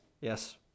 yes